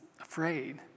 afraid